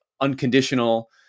unconditional